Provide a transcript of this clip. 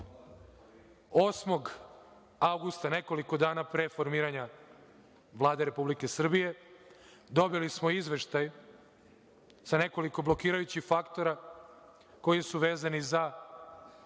avgusta, nekoliko dana pre formiranja Vlade Republike Srbije, dobili smo izveštaj sa nekoliko blokirajućih faktora koji su vezani za